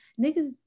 niggas